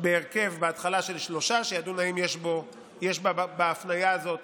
בהרכב בהתחלה של שלושה, שידון אם יש בהפניה הזאת